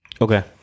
Okay